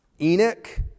Enoch